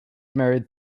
married